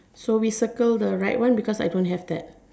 so we circle the right one because I don't have that